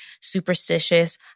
superstitious